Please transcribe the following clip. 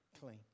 clean